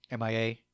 MIA